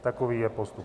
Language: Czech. Takový je postup.